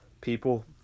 people